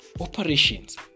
operations